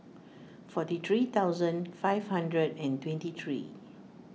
forty three thousand five hundred and twenty three